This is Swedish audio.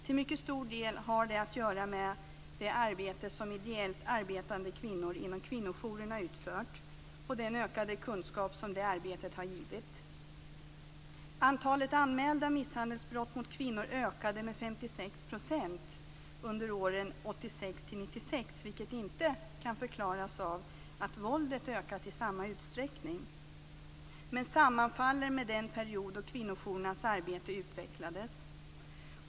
Till mycket stor del har det att göra med det arbete som ideellt arbetande kvinnor inom kvinnojourerna har utfört och med den ökade kunskap som det arbetet har gett. Antalet anmälda misshandelsbrott mot kvinnor ökade med 56 % under åren 1986-1996, vilket inte kan förklaras av att våldet ökat i samma utsträckning men som sammanfaller med den period då kvinnojourernas arbete utvecklades.